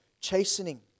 chastening